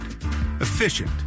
efficient